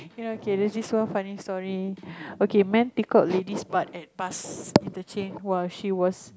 you know K there's this one funny story okay man tickle ladies butt at bus interchange when she was